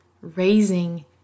raising